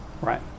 Right